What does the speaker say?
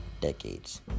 decades